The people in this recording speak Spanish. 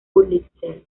pulitzer